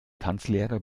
tanzlehrer